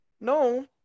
No